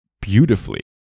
beautifully